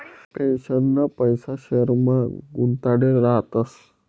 पेन्शनना पैसा शेयरमा गुताडेल रातस